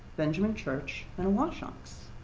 benjamin church and awashonks,